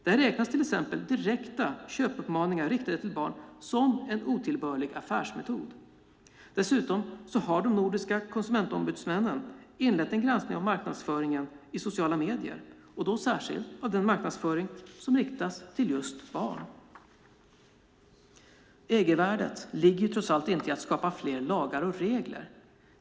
Där räknas till exempel direkta köpuppmaningar riktade till barn som en otillbörlig affärsmetod. Dessutom har de nordiska konsumentombudsmännen inlett en granskning av marknadsförningen i sociala medier, och då särskilt av den marknadsföring som riktas till barn. Egenvärdet ligger trots allt inte i att skapa fler lagar och regler.